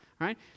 right